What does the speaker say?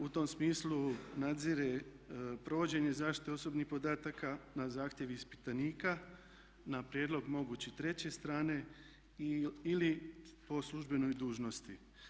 U tom smislu nadzire provođenje zaštite osobnih podataka na zahtjev ispitanika, na prijedlog mogući treće strane ili po službenoj dužnosti.